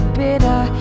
bitter